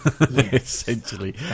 Essentially